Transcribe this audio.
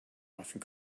often